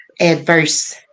adverse